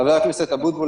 חבר הכנסת אבוטבול,